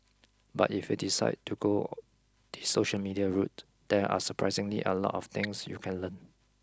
but if you decided to go the social media route there are surprisingly a lot of things you can learn